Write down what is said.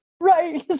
Right